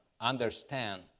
understand